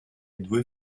due